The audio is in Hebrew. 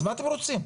אז מה אתם רוצים?